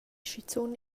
schizun